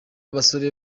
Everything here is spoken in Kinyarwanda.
basore